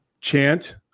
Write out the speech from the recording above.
chant